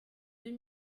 deux